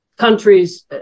countries